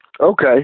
Okay